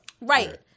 Right